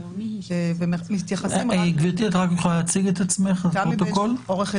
כדי לטפל בבעיה הזאת,